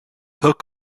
took